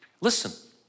Listen